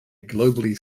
globally